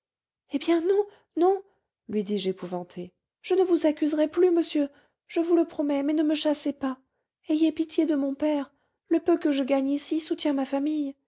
eh bien non non lui dis-je épouvantée je ne vous accuserai plus monsieur je vous le promets mais ne me chassez pas ayez pitié de mon père le peu que je gagne ici soutient ma famille